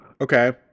Okay